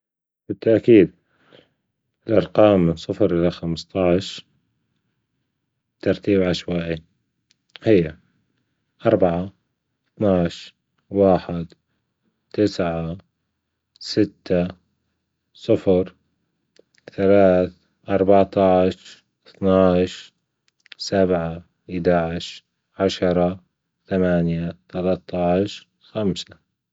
بالتأكيد الأرجام من صفر لخمستاش بترتيب عشوائئي هيها أربعة اتناش واحد تسعة ستة صفر ثلاث اربعتاش اتناش سبعة إداش عشرة ثمانية تلاتاش خمسة.